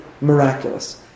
miraculous